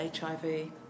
HIV